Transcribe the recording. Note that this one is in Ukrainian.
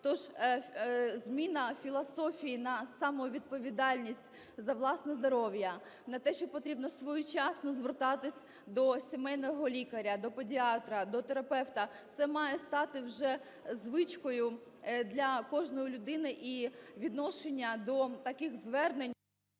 Тож зміна філософій на самовідповідальність за власне здоров'я, на те, що потрібно своєчасно звертатись до сімейного лікаря, до педіатра, до терапевта, це має стати вже звичкою для кожної людини і відношення до таких звернень…